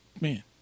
man